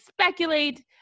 speculate